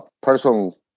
personal